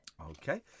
Okay